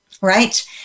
right